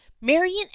marion